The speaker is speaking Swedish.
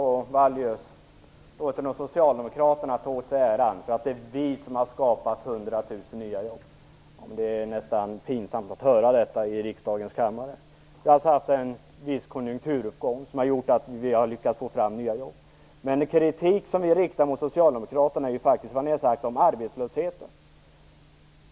Herr talman! Paavo Vallius låter Socialdemokraterna ta åt sig äran för att 100 000 nya jobb har skapats. Det är nästan pinsamt att höra detta i riksdagens kammare. Vi har haft en viss konjunkturuppgång som har gjort att vi har lyckats få fram nya jobb. Men anledningen till den kritik som vi riktar mot Socialdemokraterna är ju faktiskt vad ni har sagt om arbetslösheten.